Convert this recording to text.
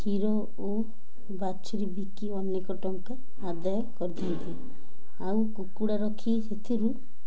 କ୍ଷୀର ଓ ବାଛୁରୀ ବିକି ଅନେକ ଟଙ୍କା ଆଦାୟ କରିଥାନ୍ତି ଆଉ କୁକୁଡ଼ା ରଖି ସେଥିରୁ